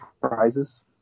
prizes